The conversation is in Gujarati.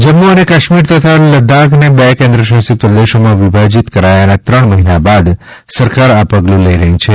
જમ્મુ અને કાશ્મીર તથા લડાખને બે કેન્દ્ર શાસિત પ્રદેશોમાં વિભાજીત કરાયાના ત્રણ મહિના બાદ સરકાર આ પગલું લઈ રહી છે